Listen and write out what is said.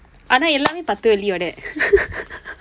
ஆனா எல்லாம் பத்து வெள்ளி வோட:aanaa ellaam paththu velli vooda